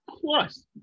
Plus